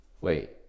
Wait